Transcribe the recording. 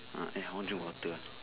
ah eh I want drink water